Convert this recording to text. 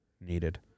needed